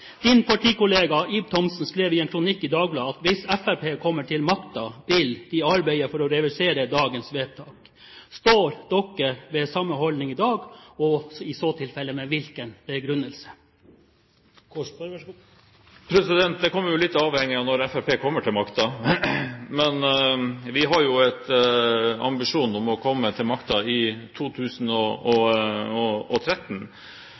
partikollega Ib Thomsen sa i et intervju med Dagbladet at hvis Fremskrittspartiet kommer til makten, vil de arbeide for å reversere dagens vedtak. Mitt spørsmål er: Står man ved samme holdning i dag, og i så tilfelle med hvilken begrunnelse? Det er litt avhengig av når Fremskrittspartiet kommer til makten, men vi har en ambisjon om å komme til makten i